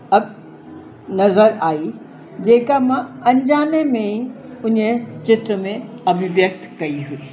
अख नज़र आयी जेका मां अंजाने में ई उन चित्र में अभिव्यक्त कयी हुई